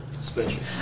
special